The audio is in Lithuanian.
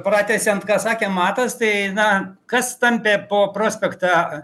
pratęsiant ką sakė matas tai na kas tampė po prospektą